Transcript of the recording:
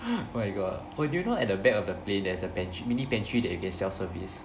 !huh! oh my god oh do you know at the back of the plane there's a bench mini pantry that you can self service